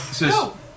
no